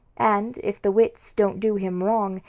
and, if the wits don't do him wrong,